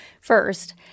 first